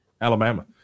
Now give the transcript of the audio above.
Alabama